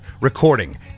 recording